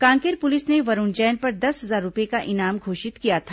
Kanker police ने वरूण जैन पर दस हजार रूपये का इनाम घोषित किया था